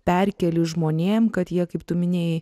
perkeli žmonėm kad jie kaip tu minėjai